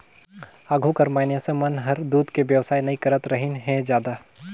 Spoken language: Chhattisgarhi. आघु कर मइनसे मन हर दूद के बेवसाय नई करतरहिन हें जादा